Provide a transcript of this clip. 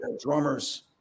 Drummers